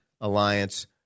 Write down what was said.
alliance